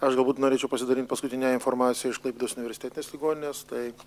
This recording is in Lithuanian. aš galbūt norėčiau pasidalint paskutine informacija iš klaipėdos universitetinės ligoninės tai